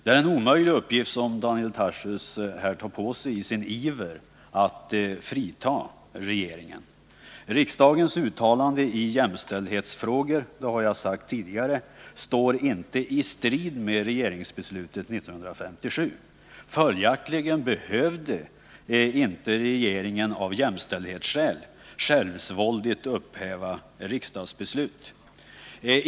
Daniel Tarschys tar här på sig en omöjlig uppgift i sin iver att frita regeringen. Riksdagens uttalande i jämställdhetsfrågan — det har jag sagt tidigare — står inte i strid med regeringsbeslutet 1957. Följaktligen behövde regeringen inte av jämställdhetsskäl självsvåldigt upphäva riksdagsbeslutet.